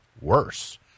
worse